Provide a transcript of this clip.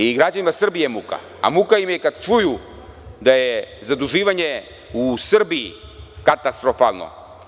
I građanima Srbije je muka, a muka im je kada čuju da je zaduživanje u Srbiji katastrofalno.